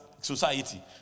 society